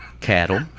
cattle